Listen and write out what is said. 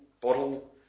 bottle